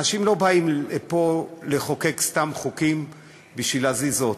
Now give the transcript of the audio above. אנשים לא באים לפה לחוקק סתם חוקים בשביל להזיז אות,